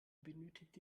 benötigte